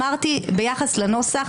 אמרתי ביחס לנוסח